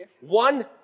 One